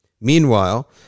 Meanwhile